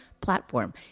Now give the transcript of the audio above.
platform